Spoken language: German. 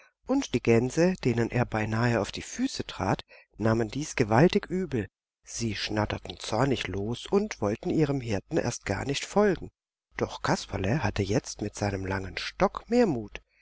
und die gänse denen er beinahe auf ihre füße trat nahmen dies gewaltig übel sie schnatterten zornig los und wollten ihrem hirten erst gar nicht folgen doch kasperle hatte jetzt mit seinem langen stock mehr mut